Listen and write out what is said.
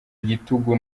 igitugu